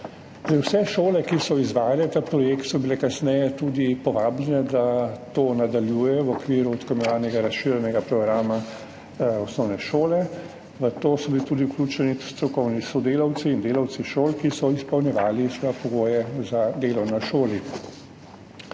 Vse šole, ki so izvajale ta projekt, so bile kasneje tudi povabljene, da to nadaljujejo v okviru tako imenovanega razširjenega programa osnovne šole. V to so bili vključeni tudi strokovni sodelavci in delavci šol, ki so izpolnjevali pogoje za delo na šoli.